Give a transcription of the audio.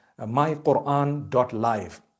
myquran.live